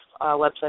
website